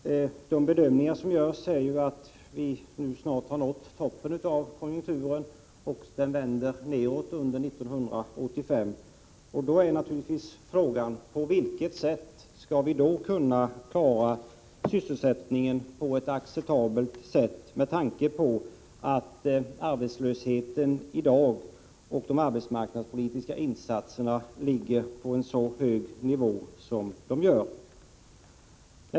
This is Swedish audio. De bedömningar som görs visar att vi snart har nått toppen av konjunkturen och att den vänder nedåt under 1985. Då blir naturligtvis frågan: På vilket sätt skall vi då kunna klara sysselsättningen på ett acceptabelt sätt med tanke på att arbetslösheten och de arbetsmarknadspolitiska insatserna i dag ligger på en så hög nivå som de gör?